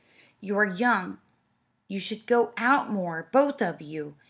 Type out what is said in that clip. you are young you should go out more both of you.